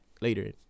later